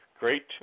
Great